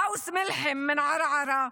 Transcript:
אאוס מלחם מערערה,